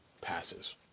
passes